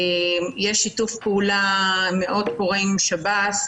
יש שיתוף פעולה מאוד פורה עם שירות בתי הסוהר